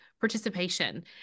participation